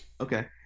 Okay